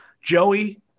Joey